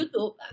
YouTube